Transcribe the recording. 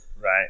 right